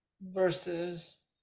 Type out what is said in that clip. versus